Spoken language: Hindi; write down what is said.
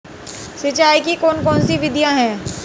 सिंचाई की कौन कौन सी विधियां हैं?